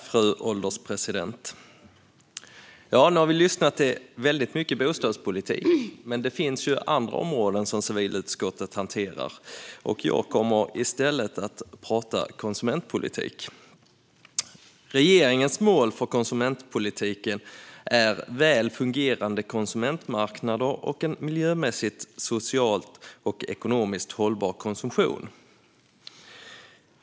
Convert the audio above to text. Fru ålderspresident! Nu har vi lyssnat till väldigt mycket bostadspolitik. Men det finns även andra områden som civilutskottet hanterar. Jag kommer att tala om konsumentpolitik. Regeringens mål för konsumentpolitiken är väl fungerande konsumentmarknader och en miljömässigt, socialt och ekonomiskt hållbar konsumtion.